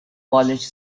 polish